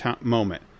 moment